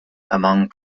among